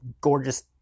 gorgeous